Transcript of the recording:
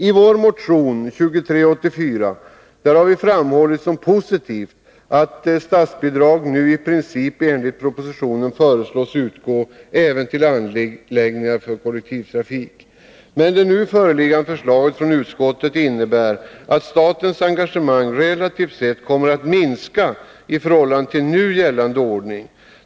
I vår motion 2384 har vi framhållit som positivt att statsbidragen nu i princip enligt propositionen föreslås utgå även till anläggningar för kollektivtrafik. Men det nu föreliggande förslaget från utskottet innebär att statens engagemang relativt sett kommer att minska i förhållande till nu gällande ordning.